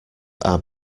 are